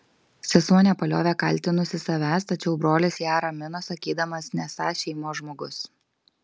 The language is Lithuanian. sesuo nepaliovė kaltinusi savęs tačiau brolis ją ramino sakydamas nesąs šeimos žmogus